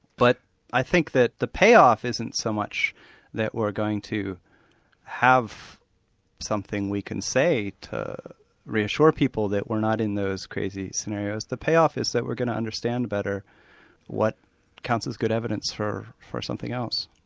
but i think that the pay-off isn't so much that we're going to have something we can say to reassure people that we're not in those crazy scenarios, the pay-off is that we're going to understand better what counts as good evidence for for something else.